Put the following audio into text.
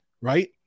right